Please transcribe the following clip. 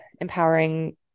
empowering